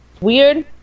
Weird